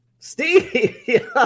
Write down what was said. Steve